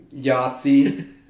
Yahtzee